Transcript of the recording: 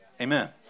Amen